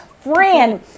friend